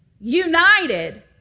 united